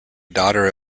daughter